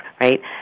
right